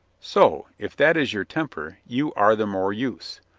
so. if that is your temper, you are the more use.